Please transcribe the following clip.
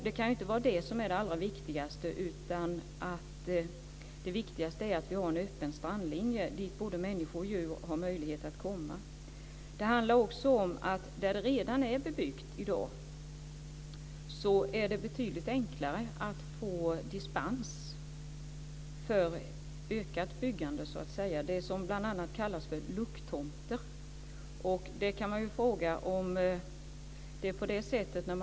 Det kan inte vara det som är det allra viktigaste, utan det viktigaste är att vi har en öppen strandlinje dit både människor och djur har möjlighet att komma. Det handlar också om att där det redan är bebyggt i dag så är det betydligt enklare att få dispens för ökat byggande. Det gäller bl.a. det som kallas för lucktomter.